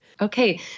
Okay